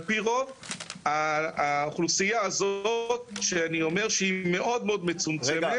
על פי רוב האוכלוסייה הזאת שאני אומר שהיא מאוד מצומצמת,